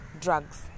drugs